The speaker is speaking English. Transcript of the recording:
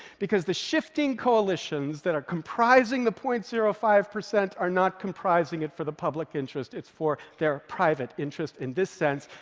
because the shifting coalitions that are comprising the point zero five percent are not comprising it for the public interest. it's for their private interest. in this sense,